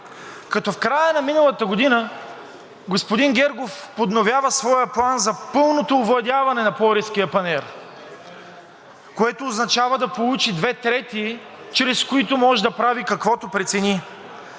В края на миналата година господин Гергов подновява своя план за пълното овладяване на Пловдивския панаир, което означава да получи две трети, чрез които може да прави каквото прецени.